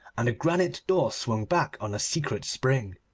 and a granite door swung back on a secret spring,